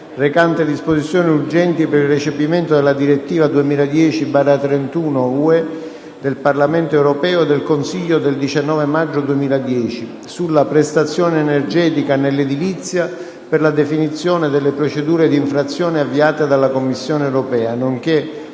recante disposizioni urgenti per il recepimento della Direttiva 2010/31/UE del Parlamento europeo e del Consiglio del 19 maggio 2010, sulla prestazione energetica nell'edilizia per la definizione delle procedure d'infrazione avviate dalla Commissione europea, nonché